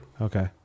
okay